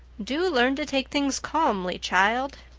do learn to take things calmly, child.